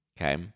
Okay